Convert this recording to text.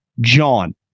John